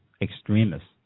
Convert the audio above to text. extremists